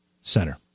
Center